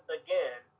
again